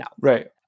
Right